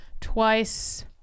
twice